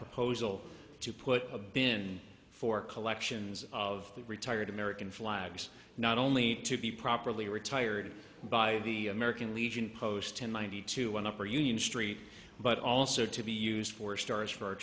proposal to put a bin for collections of retired american flags not only to be properly retired by the american legion post in ninety two an upper union street but also to be used for stars for our